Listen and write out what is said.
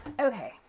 okay